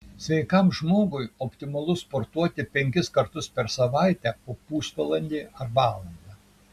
sveikam žmogui optimalu sportuoti penkis kartus per savaitę po pusvalandį ar valandą